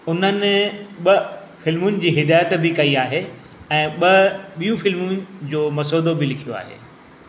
उन्हनि ॿ फ़िल्मुनि जी हिदायत बि कई आहे ऐं ॿ बियूं फिल्मुनि जो मसौदो बि लिखियो आहे